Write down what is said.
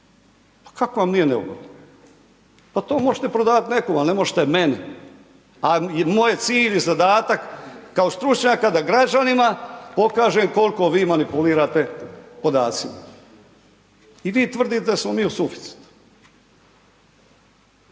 pa kako vam nije neugodno, pa to možete prodavat nekome, al ne možete meni, a moj je cilj i zadatak kao stručnjaka da građanima pokažem kolko vi manipulirate podacima i vi tvrdite da smo mi u suficitu.